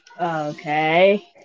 Okay